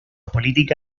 política